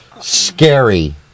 scary